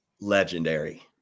legendary